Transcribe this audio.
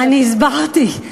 אני הסברתי.